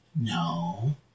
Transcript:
No